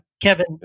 Kevin